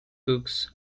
books